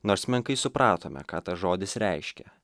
nors menkai supratome ką tas žodis reiškia